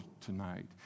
tonight